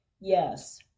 Yes